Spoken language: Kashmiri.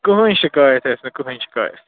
کٕہۭنۍ شِکایت آسہِ نہٕ کٕہۭنۍ شِکایَت